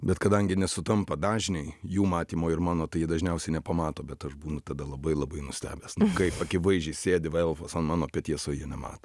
bet kadangi nesutampa dažniai jų matymo ir mano tai jie dažniausiai nepamato bet aš būnu tada labai labai nustebęs nu kaip akivaizdžiai sėdi va elfas ant mano peties o jie nemato